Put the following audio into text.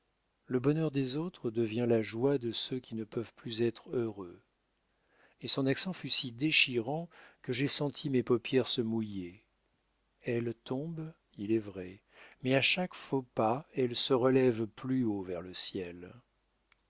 le bonheur des autres devient la joie de ceux qui ne peuvent plus être heureux et son accent fut si déchirant que j'ai senti mes paupières se mouiller elle tombe il est vrai mais à chaque faux pas elle se relève plus haut vers le ciel